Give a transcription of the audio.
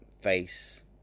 face